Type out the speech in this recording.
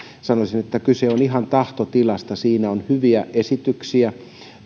sanoisin että kyse on ihan tahtotilasta siinä on hyviä esityksiä